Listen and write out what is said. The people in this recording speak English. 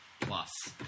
Plus